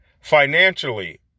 Financially